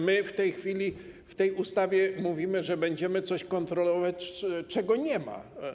My w tej chwili w tej ustawie mówimy, że będziemy kontrolować coś, czego nie ma.